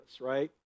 right